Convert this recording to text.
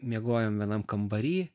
miegojom vienam kambary